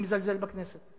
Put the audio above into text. מי מזלזל בכנסת?